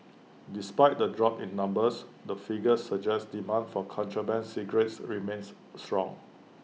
despite the drop in numbers the figures suggest demand for contraband cigarettes remains strong